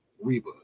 Reba